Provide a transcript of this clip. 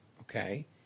okay